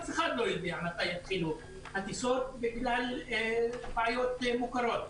אף אחד לא יודע מתי יתחילו הטיסות בגלל בעיות מוכרות.